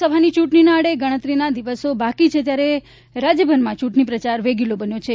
લોકસભાની ચ્રંટણીના આડે ગણતરીના દિવસો બાકી છે ત્યારે રાજ્યમાં ચૂંટણી પ્રચાર વેગીલો બન્યો છે